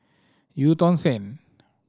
Eu Tong Sen